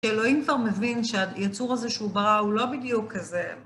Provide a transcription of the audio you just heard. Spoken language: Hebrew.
כשאלוהים כבר מבין שהיצור הזה שהוא ברא הוא לא בדיוק כזה.